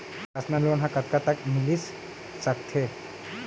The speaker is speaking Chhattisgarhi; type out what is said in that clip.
पर्सनल लोन ह कतका तक मिलिस सकथे?